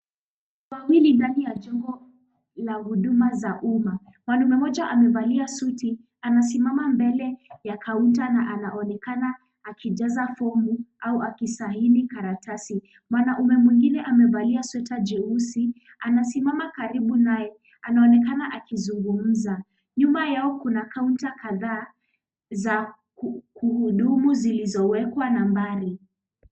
Wawili ndani ya jengo la huduma za umma. Mwanaume mmoja amevalia suti anasimama mbele ya kaunta na anaonekana akijaza fomu au akisaini karatasi. Mwanaume mwingine amevalia sweta jeusi anasimama karibu naye anaonekana akizungumza. Nyuma yao kuna kaunta kadhaa za kuhudumu zilizowekwa nambari.